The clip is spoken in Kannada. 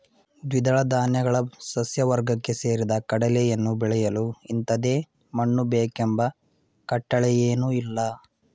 ದ್ವಿದಳ ಧಾನ್ಯಗಳ ಸಸ್ಯವರ್ಗಕ್ಕೆ ಸೇರಿದ ಕಡಲೆಯನ್ನು ಬೆಳೆಯಲು ಇಂಥದೇ ಮಣ್ಣು ಬೇಕೆಂಬ ಕಟ್ಟಳೆಯೇನೂಇಲ್ಲ